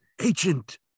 ancient